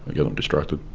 get them distracted.